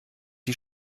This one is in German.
die